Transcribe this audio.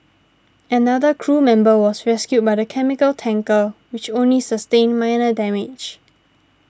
another crew member was rescued by the chemical tanker which only sustained minor damage